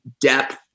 depth